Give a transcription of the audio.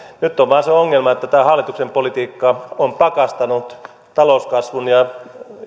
nyt on vain se ongelma että tämä hallituksen politiikka on pakastanut talouskasvun ja